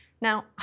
Now